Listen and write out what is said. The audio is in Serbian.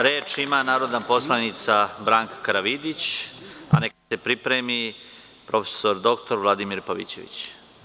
Reč ima narodna poslanica Branka Karavidić, a neka se prijavi prof. dr Vladimir Pavićević.